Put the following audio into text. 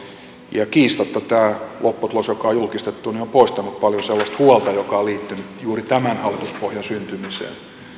kiistatta tämä lopputulos joka on julkistettu on poistanut paljon sellaista huolta joka on liittynyt juuri tämän hallituspohjan syntymiseen